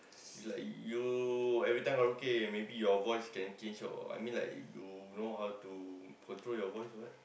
is like you every time karaoke maybe your voice can change or I mean like you know how to control your voice or what